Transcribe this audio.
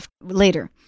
later